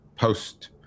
post